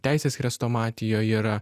teisės chrestomatijoj yra